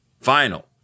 final